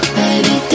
baby